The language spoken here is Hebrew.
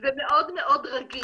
זה מאוד מאוד רגיש.